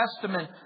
Testament